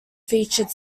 featured